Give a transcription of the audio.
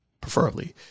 preferably